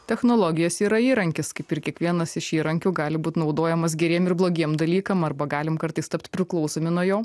technologijos yra įrankis kaip ir kiekvienas iš įrankių gali būt naudojamas geriem ir blogiem dalykam arba galim kartais tapt priklausomi nuo jo